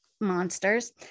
monsters